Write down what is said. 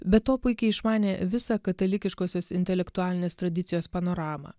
be to puikiai išmanė visą katalikiškosios intelektualinės tradicijos panoramą